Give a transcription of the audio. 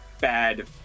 bad